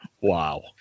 Wow